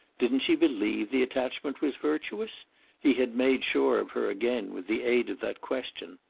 didn't she believe the attachment was virtuous he had made sure of her again with the aid of that question.